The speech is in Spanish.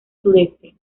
sudeste